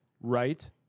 right